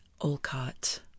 Olcott